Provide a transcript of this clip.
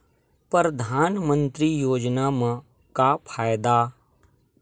परधानमंतरी योजना म का फायदा?